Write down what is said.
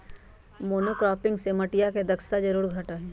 monocropping से मटिया के क्षमता जरूर घटा हई